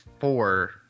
four